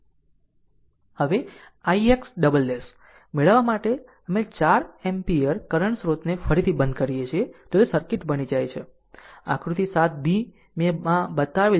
હવે ix " મેળવવા માટે અમે 4 એમ્પીયર કરંટ સ્ત્રોતને ફરીથી બંધ કરીએ તો તે સર્કિટ બની જાય છે જે આકૃતિ 7 b માં બતાવેલ છે જે આપણે બતાવ્યું છે